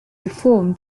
reform